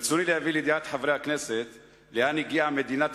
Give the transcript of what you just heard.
ברצוני להביא לידיעת חברי הכנסת לאן הגיעה מדינת